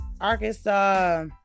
Arkansas